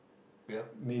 yup